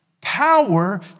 power